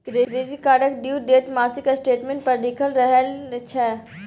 credit कार्डक due date मासिक statement पर लिखल रहय छै